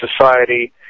Society